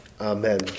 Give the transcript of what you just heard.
amen